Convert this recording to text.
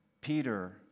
Peter